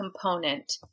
component